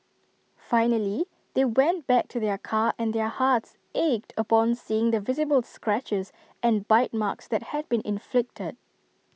finally they went back to their car and their hearts ached upon seeing the visible scratches and bite marks that had been inflicted